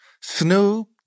snoop